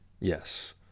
Yes